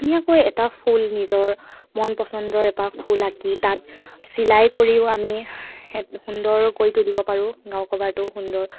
ধুনীয়াকৈ এটা ফুল নিজৰ মন পচন্দৰ এপাহ ফুল আঁকি তাত চিলাই কৰিও আমি সুন্দৰকৈ তুলিব পাৰোঁ গাৰু ক'ভাৰটো সুন্দৰ